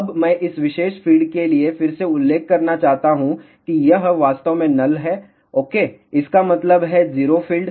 अब मैं इस विशेष फ़ीड के लिए फिर से उल्लेख करना चाहता हूं कि यह वास्तव में नल है ओके इसका मतलब है 0 फील्ड